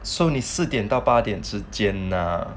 so 你四点到八点之间 lah